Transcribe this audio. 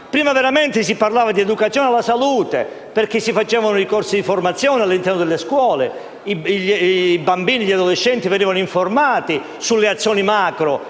Prima veramente si parlava di educazione alla salute, perché si facevano i corsi di formazione all'interno delle scuole: i bambini e gli adolescenti venivano informati sulle azioni macro